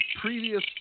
previous